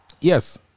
Yes